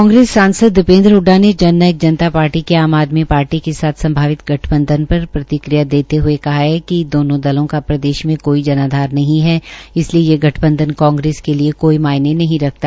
कांग्रेस सांसद दीपेन्द्र हडडा ने जन नायक जनता पार्टी के आमद आदमी पार्टी के साथ संभावित गठबंध्न पर प्रतिक्रिया देते हये कहा है कि दोनो दलों का प्रदेश में कोई जनाधार नहीं है इसलिये ये गठबंधन कांग्रेस के लिये कोई मायने नहीं रखता